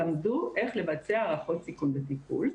למדו איך לבצע הערכות סיכון וטיפול.